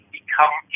become